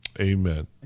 Amen